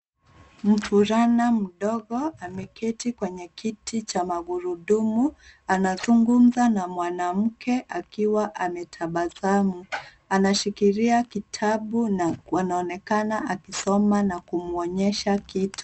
Mvulana mdogo ameketi kwenye kiti cha magurudumu anazungumza na mwanamke akiwa ametabasamu. Anashikilia kitabu na wanaonekana akisoma na kumwonyesha kitu.